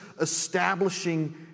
establishing